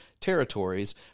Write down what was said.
territories